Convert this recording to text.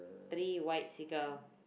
three white seagull